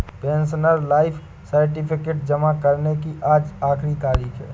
pensioner life certificate जमा करने की आज आखिरी तारीख है